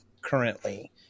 currently